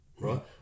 right